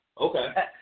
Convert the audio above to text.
Okay